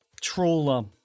trawler